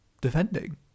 defending